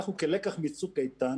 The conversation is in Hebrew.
אנחנו כלקח מצוק איתן,